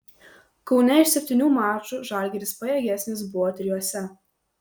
kaune iš septynių mačų žalgiris pajėgesnis buvo trijuose